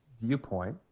viewpoint